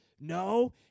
No